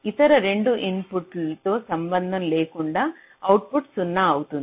ఇతర 2 ఇన్పుట్లతో సంబంధం లేకుండా అవుట్పుట్ 0 అవుతుంది